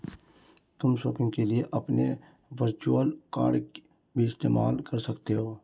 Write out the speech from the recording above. तुम शॉपिंग के लिए अपने वर्चुअल कॉर्ड भी इस्तेमाल कर सकते हो